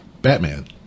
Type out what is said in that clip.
Batman